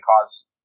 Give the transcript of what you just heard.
cause